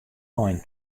ein